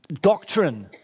doctrine